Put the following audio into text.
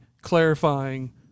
clarifying